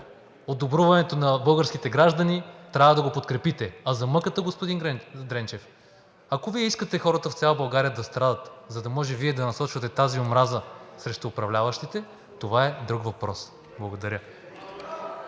от добруването на българските граждани, трябва да го подкрепите. А за мъката, господин Дренчев, ако Вие искате хората в цяла България да страдат, за да може Вие да насочвате тази омраза срещу управляващите, това е друг въпрос. Благодаря.